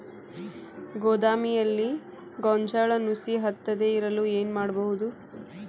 ಗೋದಾಮಿನಲ್ಲಿ ಗೋಂಜಾಳ ನುಸಿ ಹತ್ತದೇ ಇರಲು ಏನು ಮಾಡುವುದು?